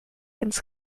ins